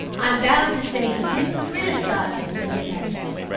i'm bound to say he didn't criticise his benefactors,